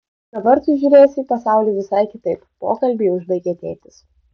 dabar tu žiūrėsi į pasaulį visai kitaip pokalbį užbaigė tėtis